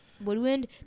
woodwind